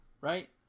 right